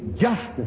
justice